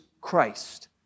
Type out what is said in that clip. Christ